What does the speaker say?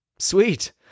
Sweet